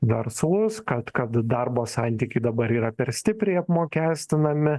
verslus kad kad darbo santykiai dabar yra per stipriai apmokestinami